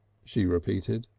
she repeated.